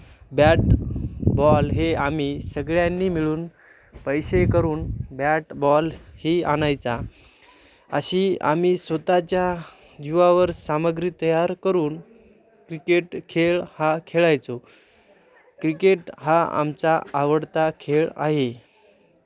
bat ball हे आम्ही सगळ्यांनी मिळून पैसे करून बॅट बॉल ही आणायचा अशी आम्ही स्वतःच्या जीवावर सामग्री तयार करून क्रिकेट खेळ हा खेळायचो क्रिकेट हा आमचा आवडता खेळ आहे